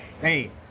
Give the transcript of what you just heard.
Hey